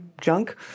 junk